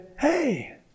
hey